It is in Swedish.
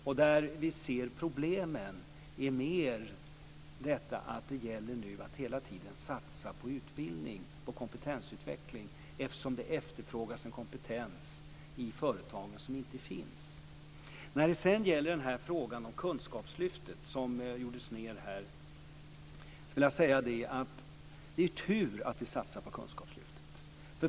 De problem vi ser är mer av det slaget att det nu hela tiden gäller att satsa på utbildning, på kompetensutveckling, eftersom det efterfrågas en kompetens i företagen som inte finns. Kunskapslyftet gjordes ned här. Det är tur att vi satsar på kunskapslyftet.